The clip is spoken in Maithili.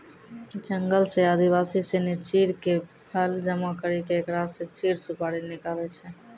जंगल सॅ आदिवासी सिनि चीड़ के फल जमा करी क एकरा स चीड़ सुपारी निकालै छै